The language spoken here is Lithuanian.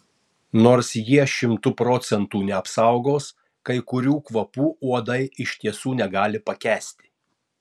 nors jie šimtu procentų neapsaugos kai kurių kvapų uodai iš tiesų negali pakęsti